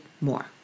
more